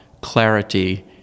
clarity